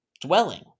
dwelling